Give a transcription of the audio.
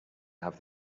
have